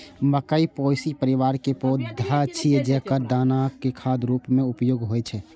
मकइ पोएसी परिवार के पौधा छियै, जेकर दानाक खाद्य रूप मे उपयोग होइ छै